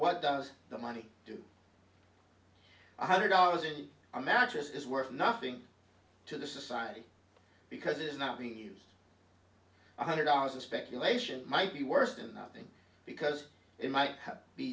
what does the money do one hundred dollars in a mattress is worth nothing to the society because it is not being used one hundred dollars the speculation might be worse than nothing because it might be